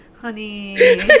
Honey